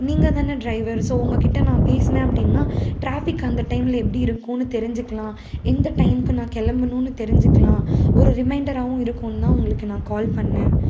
நீங்கள் தான் driver so உங்ககிட்ட நான் பேசுனேன் அப்டின்னா ட்ராஃபிக் அந்த டைமில் எப்படி இருக்குதுன்னு தெரிஞ்சிக்கலாம் எந்த டைம்க்கு நான் கிளம்பணுன்னு தெரிஞ்சிக்கலாம் ஒரு ரிமைண்டராகவும் இருக்குனு தான் உங்களுக்கு நான் கால் பண்ணேன்